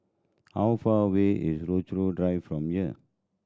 how far away is Rochalie Drive from here